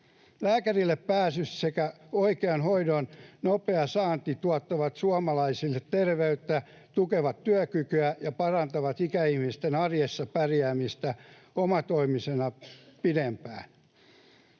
Lääkärille pääsy sekä oikean hoidon nopea saanti tuottavat suomalaisille terveyttä, tukevat työkykyä ja parantavat ikäihmisten arjessa pärjäämistä omatoimisena pidempään.